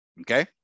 Okay